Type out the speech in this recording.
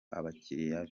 abakiriya